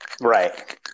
Right